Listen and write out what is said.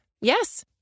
Yes